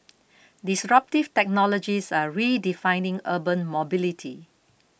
disruptive technologies are redefining urban mobility